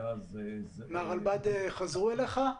הרלב"ד חזרו אליך?